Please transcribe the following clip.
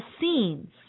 scenes